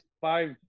five